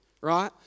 right